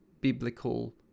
biblical